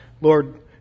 Lord